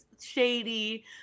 shady